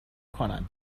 کنند